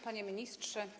Panie Ministrze!